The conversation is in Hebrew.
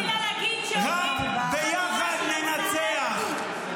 רק ביחד ננצח.